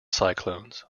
cyclones